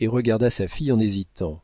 et regarda sa fille en hésitant